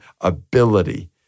ability